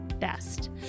Best